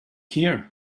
here